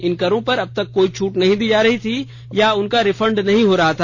इन करों पर अब तक कोई छूट नहीं दी जा रही थी या उनका रिफंड नहीं हो रहा था